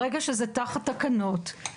ברגע שזה תחת תקנות,